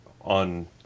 on